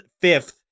Fifth